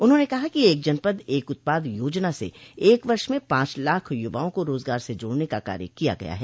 उन्होंने कहा कि एक जनपद एक उत्पाद योजना से एक वर्ष में पांच लाख युवाओं को रोजगार से जोड़ने का कार्य किया गया है